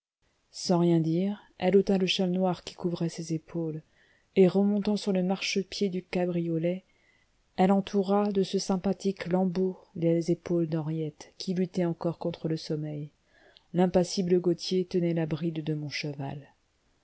sans rien dire elle ôta le châle noir qui couvrait ses épaules et remontant sur le marchepied du cabriolet elle entoura de ce sympathique lambeau les épaules d'henriette qui luttait encore contre le sommeil l'impassible gauthier tenait la bride de mon cheval